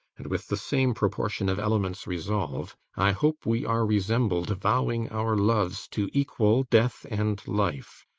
and with the same proportion of elements resolve, i hope we are resembled, vowing our loves to equal death and life.